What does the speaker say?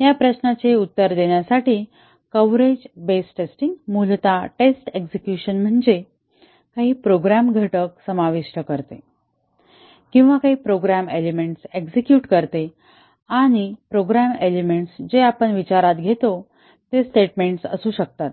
या प्रश्नाचे उत्तर देण्यासाठी कव्हरेज बेस्ड टेस्टिंग मूलत टेस्ट एक्झिक्युशन म्हणजे काही प्रोग्राम घटक समाविष्ट करते किंवा काही प्रोग्राम एलेमेंट्स एक्सिक्युट करते आणि प्रोग्राम एलेमेंट्स जे आपण विचारात घेतो ते स्टेटमेंट असू शकतात